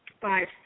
Five